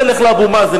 תלך לאבו מאזן,